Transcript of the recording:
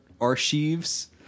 archives